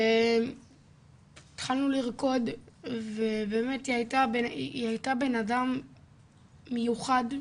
באמת, היא הייתה בנאדם מיוחד,